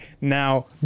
now